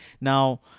Now